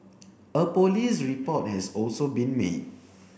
a police report has also been made